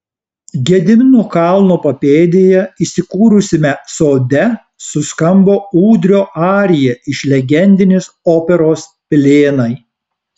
gedimino kalno papėdėje įsikūrusiame sode suskambo ūdrio arija iš legendinės operos pilėnai